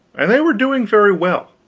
and they were doing very well.